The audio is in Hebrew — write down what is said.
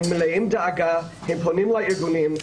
הם מלאים דאגה, הם פונים לארגונים.